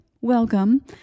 Welcome